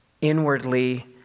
inwardly